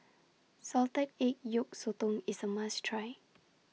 Salted Egg Yolk Sotong IS A must Try